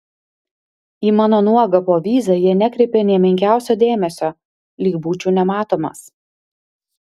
į mano nuogą povyzą jie nekreipė nė menkiausio dėmesio lyg būčiau nematomas